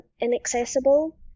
inaccessible